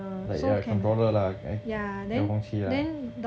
like a controller lah 遥控器